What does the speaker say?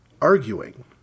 arguing